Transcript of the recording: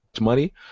money